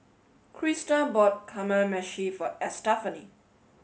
Crista bought Kamameshi for Estefany